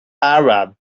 arab